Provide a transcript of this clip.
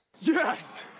Yes